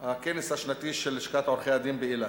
הכנס השנתי של לשכת עורכי-הדין באילת.